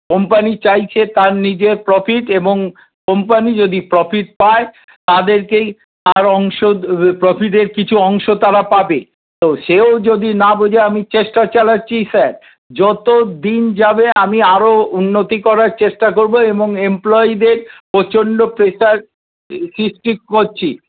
company চাইছে তার নিজের প্রফিট এবং কোম্পানি যদি প্রফিট পায় তাদেরকেই তার অংশ প্রফিটের কিছু অংশ তারা পাবে তো সেও যদি না বোঝে আমি চেষ্টা চালাচ্ছি স্যার যত দিন যাবে আমি আরও উন্নতি করার চেষ্টা করব এবং এমপ্লয়ীদের প্রচণ্ড প্রেসার সৃষ্টি করছি